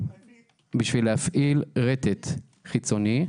בשביל להפעיל רטט חיצוני,